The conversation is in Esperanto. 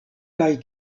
kaj